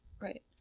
right